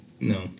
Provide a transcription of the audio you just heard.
No